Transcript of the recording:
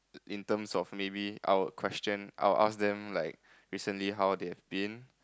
in terms of maybe I'll question I will ask them like recently how they've been